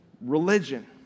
Religion